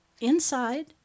inside